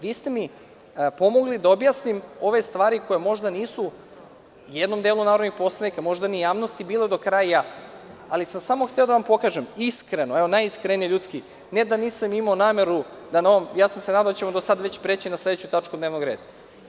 Vi ste mi pomogli da objasnim ove stvari koje možda nisu jednom delu narodnih poslanika, možda ni javnosti bile do kraja jasne, ali sam samo hteo da vam pokažem iskreno, evo najiskrenije, ljudski ne da nisam imao nameru, nadao sam se da ćemo sad već preći na sledeću tačku dnevnog reda.